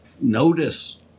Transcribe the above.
Notice